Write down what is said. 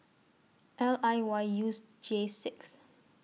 L I Y U S J six